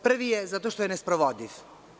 Prvi je zato što je nesprovodljiv.